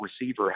receiver